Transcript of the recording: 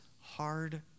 hard